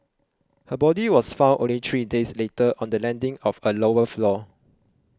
her body was found only three days later on the landing of a lower floor